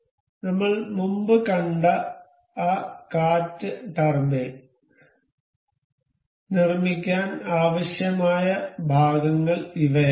അതിനാൽ നമ്മൾ മുമ്പ് കണ്ട ആ കാറ്റ് ടർബൈൻ നിർമ്മിക്കാൻ ആവശ്യമായ ഭാഗങ്ങൾ ഇവയാണ്